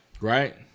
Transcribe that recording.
right